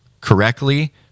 correctly